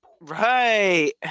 Right